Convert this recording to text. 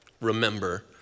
remember